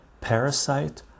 parasite